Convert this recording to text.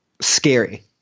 scary